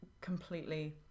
completely